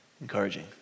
Encouraging